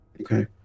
okay